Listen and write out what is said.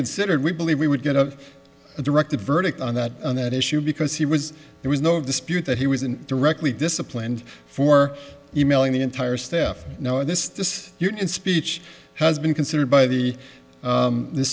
considered we believe we would get a directed verdict on that on that issue because he was there was no dispute that he was in directly disciplined for emailing the entire staff no this just in speech has been considered by the